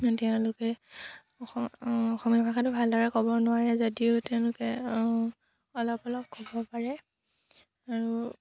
তেওঁলোকে অসমীয়া ভাষাটো ভালদৰে ক'ব নোৱাৰে যদিও তেওঁলোকে অলপ অলপ ক'ব পাৰে আৰু